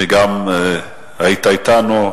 על שהיית אתנו,